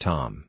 Tom